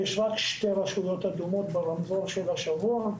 מכיוון שיש רק שתי רשויות אדומות ברמזור השבוע.